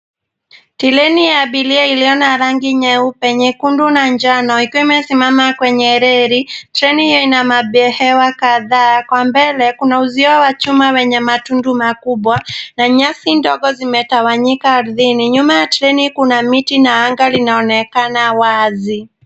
Treni ya abiria iliyo na rangi nyeupe, nyekundu na njano, ikiwa imesimama kwenye reli. Treni hii ina mabehewa kadhaa. Kwa mbele kuna uzio wa chuma wenye matundu makubwa na nyasi ndogo zimetawanyika ardhini. Nyuma ya treni kuna miti na anga linaonekana wazi.